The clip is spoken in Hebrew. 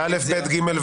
רביזיה.